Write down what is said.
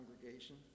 congregation